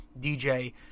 DJ